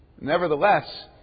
Nevertheless